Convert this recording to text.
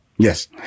Yes